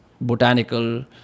botanical